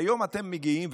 והיום אתם מגיעים,